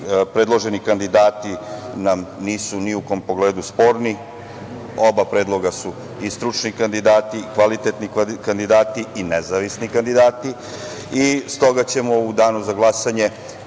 Predloženi kandidati nam nisu ni u kom pogledu sporni. Oba predloga su i stručni kandidati i kvalitetni kandidati i nezavisni kandidati. Stoga ćemo u danu za glasanje,